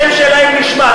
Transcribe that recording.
השם שלהם נשמט.